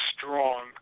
strong